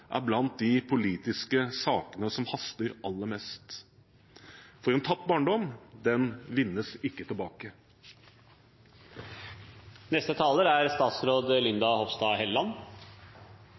er blant de politiske sakene som haster aller mest, for en tapt barndom vinnes ikke tilbake.